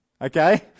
Okay